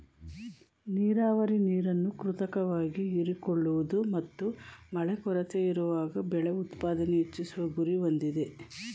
ನೀರಾವರಿ ನೀರನ್ನು ಕೃತಕವಾಗಿ ಹೀರಿಕೊಳ್ಳುವುದು ಮತ್ತು ಮಳೆ ಕೊರತೆಯಿರುವಾಗ ಬೆಳೆ ಉತ್ಪಾದನೆ ಹೆಚ್ಚಿಸುವ ಗುರಿ ಹೊಂದಿದೆ